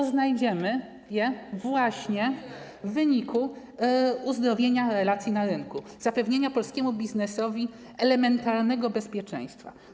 to znajdziemy ją właśnie w uzdrowieniu relacji na rynku, zapewnieniu polskiemu biznesowi elementarnego bezpieczeństwa.